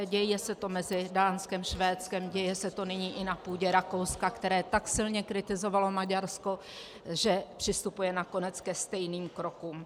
Děje se to mezi Dánskem, Švédskem, děje se to nyní i na půdě Rakouska, které tak silně kritizovalo Maďarsko, že přistupuje nakonec ke stejným krokům.